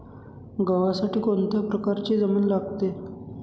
गव्हासाठी कोणत्या प्रकारची जमीन लागते?